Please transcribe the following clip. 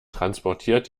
transportiert